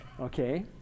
okay